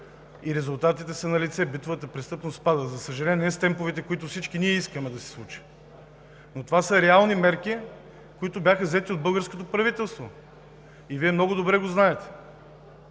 И резултатите са налице, битовата престъпност спада, за съжаление, не с темповете, които ние всички искаме да се случи, но това са реални мерки, които бяха взети от българското правителство, и Вие много добре го знаете.